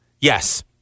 yes